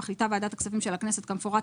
מחליטה ועדת הכספים של הכנסת כמפורט